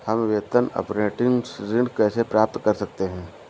हम वेतन अपरेंटिस ऋण कैसे प्राप्त कर सकते हैं?